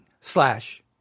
slash